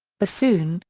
bassoon,